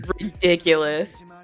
ridiculous